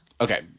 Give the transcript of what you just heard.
Okay